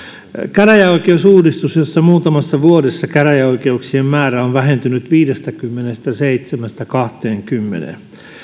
käräjäoikeusuudistuksessa on muutamassa vuodessa käräjäoikeuksien määrä vähentynyt viidestäkymmenestäseitsemästä kahteenkymmeneen